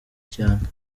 cyane